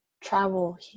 travel